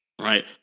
Right